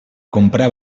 comprar